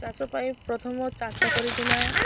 ଚାଷ ପାଇଁ ପ୍ରଥମ ଚାଷ କରିକିନା